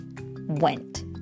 went